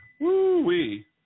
Woo-wee